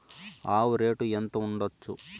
ఆవు రేటు ఎంత ఉండచ్చు?